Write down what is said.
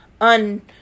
un